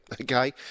Okay